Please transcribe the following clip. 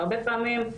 הרבה פעמים,